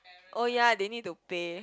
oh ya they need to pay